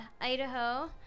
idaho